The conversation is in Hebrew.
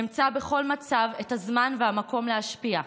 אמצא בכל מצב את הזמן והמקום להשפיע,